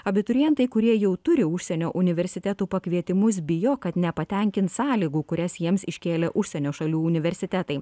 abiturientai kurie jau turi užsienio universitetų pakvietimus bijo kad nepatenkins sąlygų kurias jiems iškėlė užsienio šalių universitetai